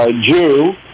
Jew